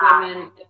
women